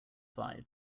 five